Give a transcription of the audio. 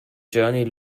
journey